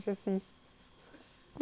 lesbian fish